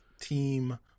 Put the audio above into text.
Team